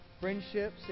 friendships